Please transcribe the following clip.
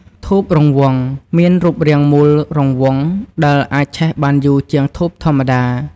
ធូបរង្វង់ មានរូបរាងមូលរង្វង់ ដែលអាចឆេះបានយូរជាងធូបធម្មតា។